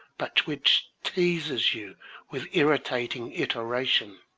but which teases you with irritating iteration,